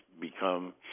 become